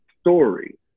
story